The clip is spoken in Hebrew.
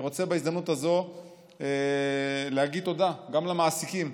אני רוצה בהזדמנות הזו להגיד תודה גם למעסיקים.